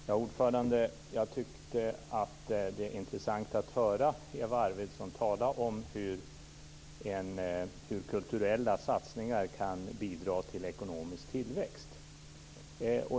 Fru talman! Jag tycker att det är intressant att höra Eva Arvidsson tala om hur kulturella satsningar kan bidra till ekonomisk tillväxt.